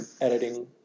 editing